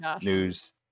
news